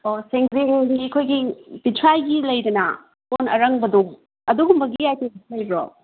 ꯑꯣ ꯁꯦꯟꯖꯦꯡꯒꯤ ꯑꯩꯈꯣꯏꯒꯤ ꯄꯤꯊ꯭ꯔꯥꯏꯒꯤ ꯂꯩꯗꯅ ꯀꯣꯟ ꯑꯔꯪꯕꯗꯣ ꯑꯗꯨꯒꯨꯝꯕꯒꯤ ꯑꯥꯏꯇꯦꯝ ꯂꯩꯕ꯭ꯔꯣ